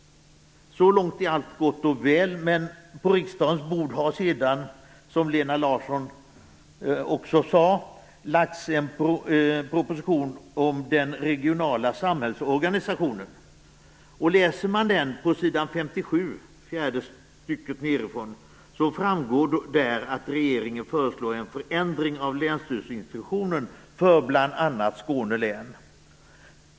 Så långt är allt gott och väl. Men på riksdagens bord har sedan, som Lena Larsson också sade, lagts en proposition om den regionala samhällsorganisationen. Läser man på s. 57, fjärde stycket nedifrån, framgår där att regeringen föreslår en förändring av länsstyrelseinstitutionen för bl.a. Skåne län.